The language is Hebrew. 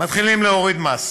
מתחילים להוריד מס.